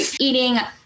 eating